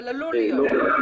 עלול להיות.